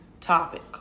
topic